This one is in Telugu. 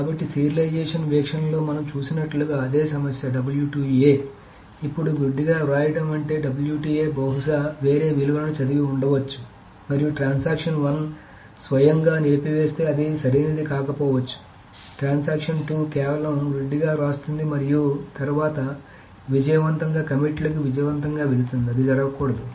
కాబట్టి సీరియలైజేషన్ వీక్షణలో మనం చూసినట్లుగా అదే సమస్య ఇప్పుడు గుడ్డిగా వ్రాయండం అంటే బహుశా వేరే విలువను చదివి ఉండవచ్చు మరియు ట్రాన్సాక్షన్ 1 స్వయంగా నిలిపివేస్తే అది సరైనది కాకపోవచ్చు ట్రాన్సాక్షన్ 2 కేవలం గుడ్డిగా వ్రాస్తుంది మరియు తరువాత విజయవంతంగా కమిట్లకు విజయవంతం గా వెళుతుంది అది జరగకూడదు